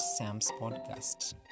samspodcast